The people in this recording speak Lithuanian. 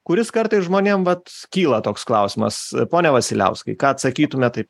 kuris kartais žmonėm vat kyla toks klausimas pone vasiliauskai ką atsakytume taip